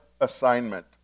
assignment